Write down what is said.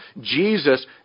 Jesus